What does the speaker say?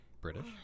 British